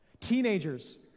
Teenagers